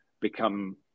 become